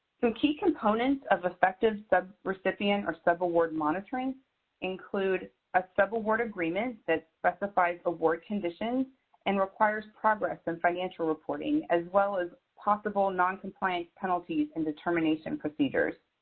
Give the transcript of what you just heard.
so key components of effective subrecipient or subaward monitoring include a subaward agreement that specifies award conditions and requires progress and financial reporting as well as possible non-compliance penalties in determination procedures.